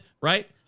right